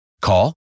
Call